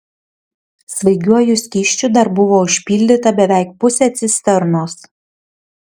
svaigiuoju skysčiu dar buvo užpildyta beveik pusė cisternos